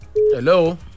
hello